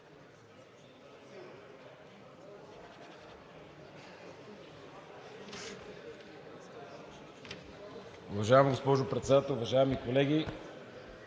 Уважаема госпожо Председател, уважаеми колеги!